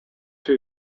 two